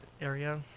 area